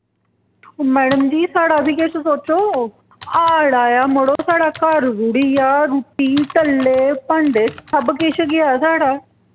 madam ji साढ़ा बी किश सोचो हाड़ आया मड़ो साढ़ा घर रुढ़ी गेआ रुट्टी टल्ले भांडे सब किश गेआ साढ़ा